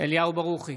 אליהו ברוכי,